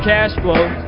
Cashflow